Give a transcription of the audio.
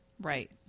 right